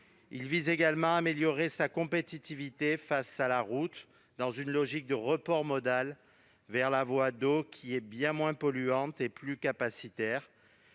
Il tend également à améliorer sa compétitivité face à la route, dans une logique de report modal vers la voie d'eau, bien moins polluante et plus capacitaire,